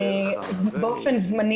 אז אני אטפל בזה אישית.